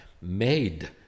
made